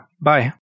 Bye